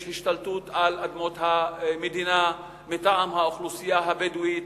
יש השתלטות על אדמות המדינה מטעם האוכלוסייה הבדואית,